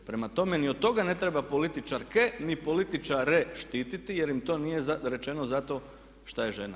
Prema tome ni od toga ne treba političarke ni političare štititi jer im to nije rečeno zato što je žena.